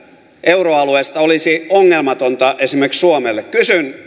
euroalueesta olisi ongelmatonta esimerkiksi suomelle kysyn